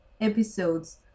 episodes